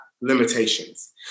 limitations